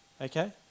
Okay